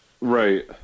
Right